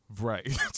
Right